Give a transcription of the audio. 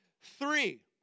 Three